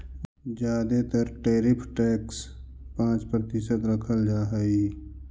जादे तर tariff tax पाँच प्रतिशत रखल जा हई